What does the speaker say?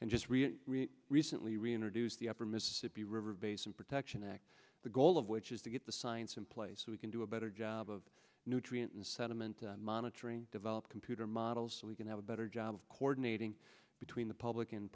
and just recently reintroduce the upper mississippi river basin protection act the goal of which is to get the science in place so we can do a better job of nutrient and sediment monitoring develop computer models so we can have a better job of coordinating between the public and